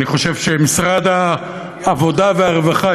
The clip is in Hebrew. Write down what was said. אני חושב שמשרד העבודה והרווחה,